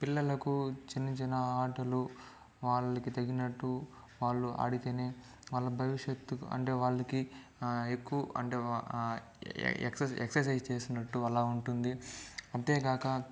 పిల్లలకు చిన్న చిన్న ఆటలు వాళ్ళకి తగినట్టు వాళ్ళు ఆడితేనే వాళ్ళ భవిష్యత్తుకు అంటే వాళ్ళకి ఎక్కువ అంటే ఎ ఎక్స్ ఎక్సర్సైజ్ చేసినట్టు అలా ఉంటుంది అంతేకాక